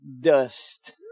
dust